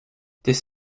this